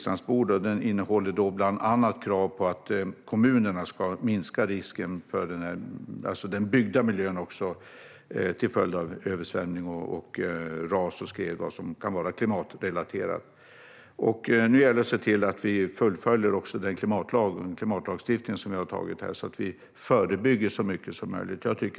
Den innehåller bland annat krav på att kommunerna ska minska riskerna i den byggda miljön till följd av översvämning, ras och skred - sådant som kan vara klimatrelaterat. Nu gäller det också att se till att fullfölja den klimatlagstiftning som vi har antagit här, så att vi kan förebygga så mycket som möjligt.